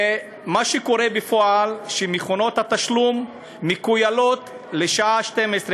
מה שקורה בפועל זה שמכונות התשלום מכוילות לשעה 24:00,